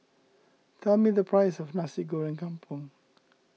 tell me the price of Nasi Goreng Kampung